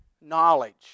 knowledge